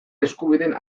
eskubideen